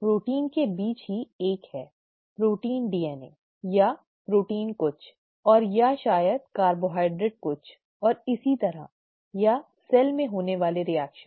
protein के बीच ही 1 है प्रोटीन डीएनए ओके या प्रोटीन कुछ और या शायद कार्बोहाइड्रेट कुछ और इसी तरह या सेल में होने वाली रिएक्शन